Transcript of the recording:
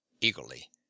eagerly